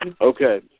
Okay